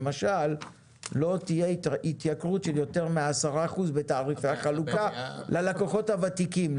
למשל לא תהיה התייקרות של יותר מ-10% בתעריפי החלוקה ללקוחות הוותיקים,